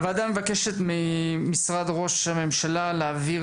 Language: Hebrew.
הוועדה מבקשת ממשרד ראש הממשלה להעביר